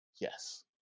Yes